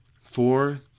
Four